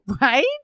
right